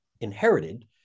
inherited